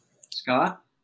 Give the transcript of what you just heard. Scott